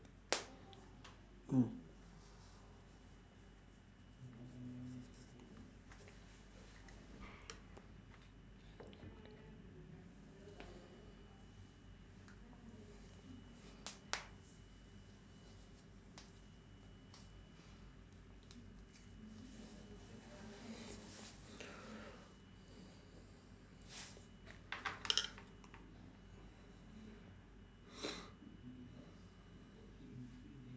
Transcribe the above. mm